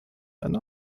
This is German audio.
einer